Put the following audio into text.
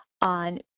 on